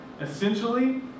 Essentially